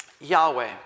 Yahweh